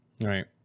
Right